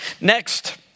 Next